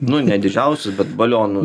nu ne didžiausius bet balionų